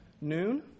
Noon